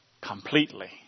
completely